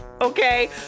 okay